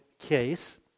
case